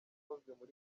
ukozwe